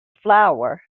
flower